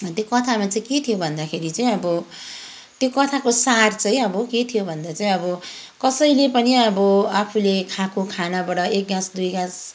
त्यो कथामा चाहिँ के थियो भन्दाखेरि चाहिँ अब त्यो कथाको सार चाहिँ अब के थियो भन्दा चाहिँ अब कसैले पनि अब आफूले खाएको खानाबाट एक गाँस दुई गाँस